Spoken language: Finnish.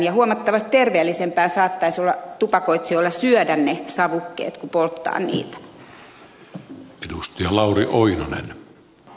ja huomattavasti terveellisempää saattaisi olla tupakoitsijoille syödä ne savukkeet kuin polttaa niitä